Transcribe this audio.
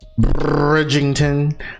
Bridgington